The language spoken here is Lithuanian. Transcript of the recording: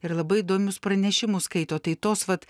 ir labai įdomius pranešimus skaito tai tos vat